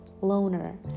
loner